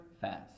fast